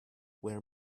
were